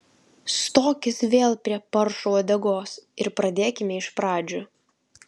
stokis vėl prie paršo uodegos ir pradėkime iš pradžių